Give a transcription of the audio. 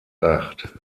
acht